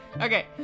Okay